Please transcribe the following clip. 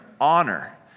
honor